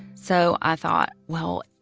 so i thought, well,